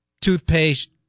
toothpaste